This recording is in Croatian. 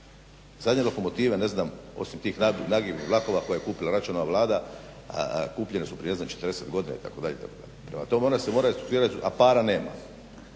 Zadnje lokomotive ne znam osim tih nagibnih vlakova koje je kupila Račanova Vlada kupljene su prije ne znam 40 godina itd. itd. Prema tome, one se moraju restrukturirat a para nema.